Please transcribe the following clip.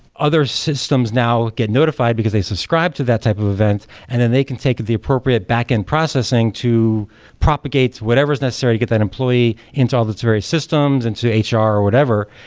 other systems now get notified, because they subscribe to that type of event and then they can take the appropriate back-end processing to propagate whatever is necessary to get that employee into all its various systems and to the ah hr or whatever.